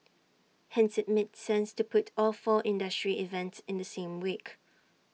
hence IT made sense to put all four industry events in the same week